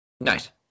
Nice